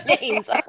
names